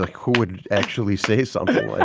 like who would actually say something like